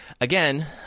again